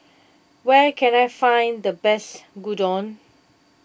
where can I find the best Gyudon